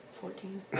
Fourteen